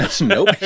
Nope